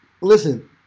listen